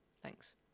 Thanks